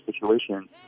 situation